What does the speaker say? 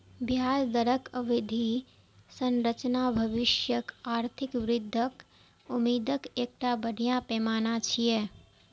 ब्याज दरक अवधि संरचना भविष्यक आर्थिक वृद्धिक उम्मीदक एकटा बढ़िया पैमाना छियै